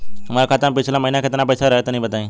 हमरा खाता मे पिछला महीना केतना पईसा रहे तनि बताई?